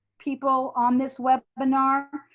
people on this webinar.